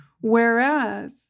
Whereas